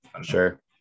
sure